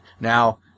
now